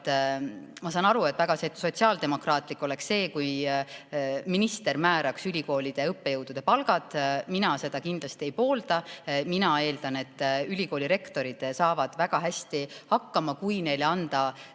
Ma saan aru, et väga sotsiaaldemokraatlik oleks see, kui minister määraks ülikoolide õppejõudude palgad, aga mina seda kindlasti ei poolda. Mina eeldan, et ülikoolirektorid saavad väga hästi hakkama, kui neile anda